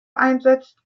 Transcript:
einsetzt